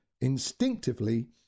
Instinctively